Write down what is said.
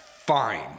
fine